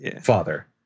father